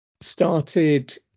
Started